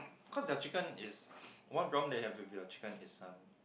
cause their chicken is one drum they have be will chicken is some